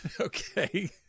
Okay